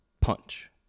punch